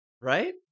right